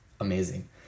amazing